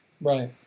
Right